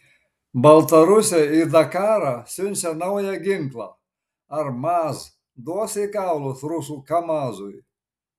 baltarusiai į dakarą siunčia naują ginklą ar maz duos į kaulus rusų kamazui